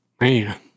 Man